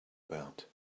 about